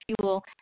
fuel